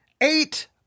eight